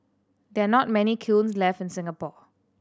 there are not many kilns left in Singapore